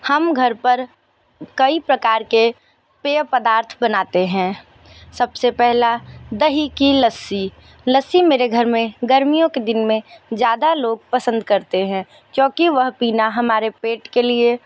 हम घर पर कई प्रकार के पेय पदार्थ बनाते हैं सब से पहला दही की लस्सी लस्सी मेरे घर में गर्मियों के दिन में ज़्यादा लोग पसंद करते हैं क्योंकि वह पीना हमारे पेट के लिए